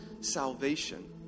Salvation